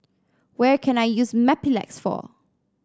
what can I use Mepilex for